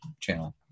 channel